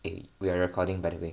eh we're recording by the way